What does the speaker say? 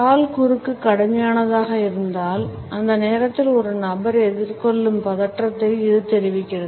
கால் குறுக்கு கடுமையானதாக இருந்தால் அந்த நேரத்தில் ஒரு நபர் எதிர்கொள்ளும் பதற்றத்தை இது தெரிவிக்கிறது